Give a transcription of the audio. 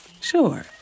Sure